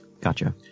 Gotcha